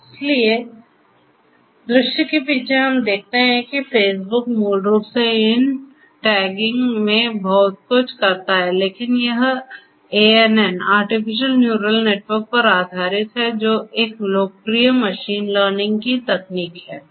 इसलिए दृश्य के पीछे हम देखते हैं कि फेसबुक मूल रूप से इन टैगिंग में बहुत कुछ करता है लेकिन यह ANN आर्टिफिशियल न्यूरल नेटवर्क पर आधारित है जो एक लोकप्रिय मशीन लर्निंग की तकनीक है